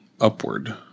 upward